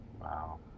Wow